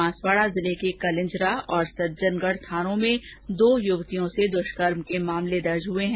बांसवाड़ा जिले के कलिंजरा और सज्जनगढ थानों में दो युवतियों से दुष्कर्म के मामले दर्ज हुए हैं